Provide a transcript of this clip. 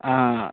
ആ ആ ആ